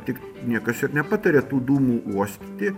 tik niekas ir nepataria tų dūmų uostyti